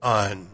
on